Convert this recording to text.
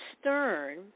Stern